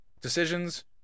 Decisions